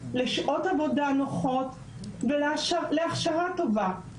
לשעות עבודה נוחות ולהכשרה טובה.